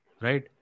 right